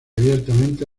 abiertamente